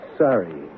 sorry